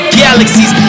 galaxies